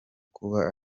kuba